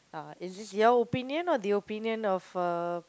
uh is this your opinion or the opinion of a